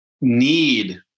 need